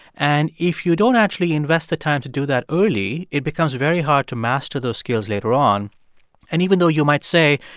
and if you don't actually invest the time to do that early, it becomes very hard to master those skills later on and even though you might say,